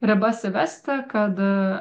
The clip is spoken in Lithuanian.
ribas įvesti kad